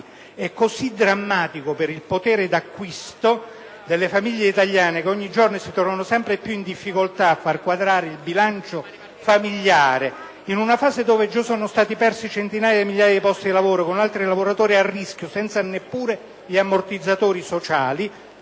e così drammatico per il potere d'acquisto delle famiglie italiane, che ogni giorno si trovano sempre più in difficoltà a far quadrare il bilancio familiare, in una fase dove già sono stati persi centinaia di migliaia di posti di lavoro con altri lavoratori a rischio senza neppure gli ammortizzatori sociali,